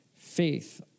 Faith